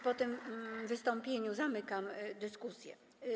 Po tym wystąpieniu zamykam dyskusję.